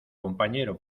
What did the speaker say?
compañero